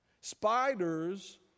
Spiders